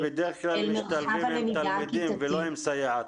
-- הם בדרך משתלבים עם תלמידים ולא עם סייעת.